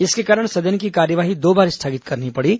इसके कारण सदन की कार्यवाही दो बार स्थगित करनी पड़ी